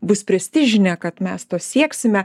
bus prestižinė kad mes to sieksime